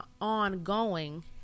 ongoing